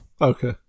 Okay